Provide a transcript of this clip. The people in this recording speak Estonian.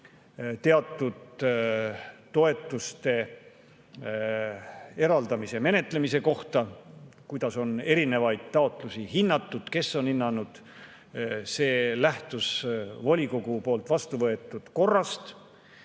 teatud toetuste eraldamise menetlemise kohta: kuidas on erinevaid taotlusi hinnatud, kes on hinnanud. See lähtus volikogu poolt vastu võetud korrast.